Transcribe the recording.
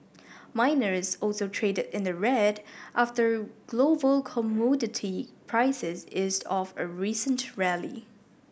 miners also traded in the red after global commodity prices eased off a recent rally